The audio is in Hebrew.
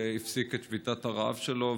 שהפסיק את שביתת הרעב שלו.